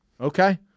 Okay